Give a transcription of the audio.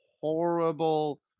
horrible